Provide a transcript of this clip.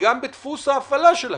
וגם בדפוס ההפעלה של הכלי.